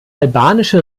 albanische